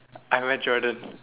I'm a Jordan